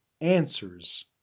answers